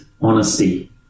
honesty